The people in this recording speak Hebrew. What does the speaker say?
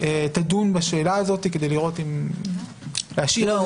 תדון בשאלה הזאת כדי לראות אם להשאיר איזשהו --- לא,